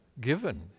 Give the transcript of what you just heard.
given